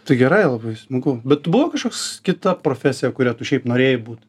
tai gerai labai smagu bet buvo kažkoks kita profesija kurią tu šiaip norėjai būt